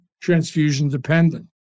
transfusion-dependent